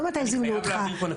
לא מתי זימנו אותך.